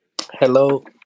Hello